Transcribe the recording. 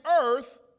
earth